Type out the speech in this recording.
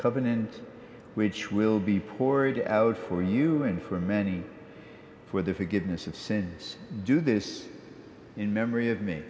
covenant which will be poured out for you and for many for the forgiveness of sins do this in memory of me